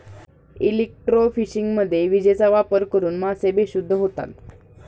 इलेक्ट्रोफिशिंगमध्ये विजेचा वापर करून मासे बेशुद्ध होतात